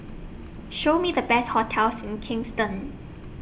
Show Me The Best hotels in Kingston